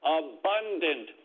abundant